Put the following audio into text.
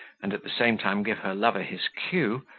and at the same time give her lover his cue,